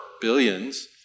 billions